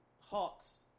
Hawks